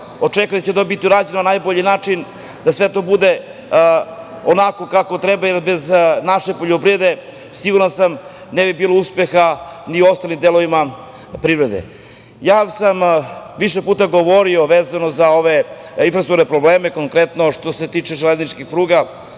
očekujem da će to biti urađeno na najbolji način, da sve bude kako treba, jer bez naše poljoprivrede siguran sam da ne bi bilo uspeha ni u ostalim delovima privrede. Više puta sam govorio vezano za ove infrastrukturne probleme, konkretno što se tiče železničkih pruga